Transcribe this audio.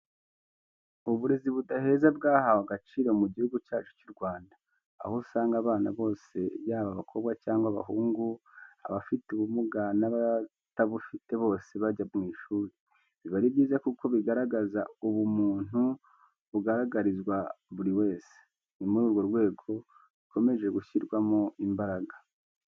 Uburezi budaheza bwahawe agaciro mu gihugu cyacu cy'u Rwanda, aho usanga abana bose yaba abakobwa cyangwa abahungu, abafite ubumuga n'abatabufite bose bajya mu ishuri. Biba ari byiza kuko bigaragaza ubumuntu bugaragarizwa buri wese. Ni muri urwo rwego bikomeje gushyirwamo imbaraga.